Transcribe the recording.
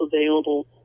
available